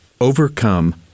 Overcome